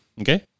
Okay